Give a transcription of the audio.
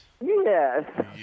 Yes